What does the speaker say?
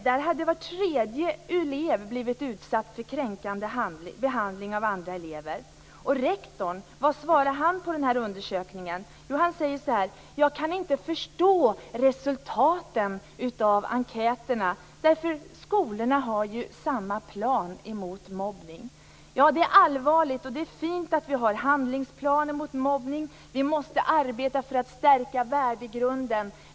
Där hade var tredje elev blivit utsatt för kränkande behandling av andra elever. Och vad svarade rektorn med anledning av den här undersökningen? Jo, han säger så här: Jag kan inte förstå resultaten av enkäterna, därför att skolorna har ju samma plan mot mobbning. Ja, det är allvarligt. Det är fint att vi har handlingsplaner mot mobbning. Vi måste arbeta för att stärka värdegrunden.